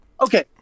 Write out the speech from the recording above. Okay